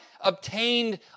obtained